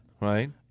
Right